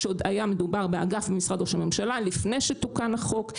כשעוד היה מדובר באגף במשרד ראש הממשלה לפני שתוקן החוק.